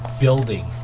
building